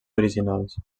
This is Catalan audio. originals